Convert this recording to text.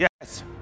Yes